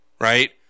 right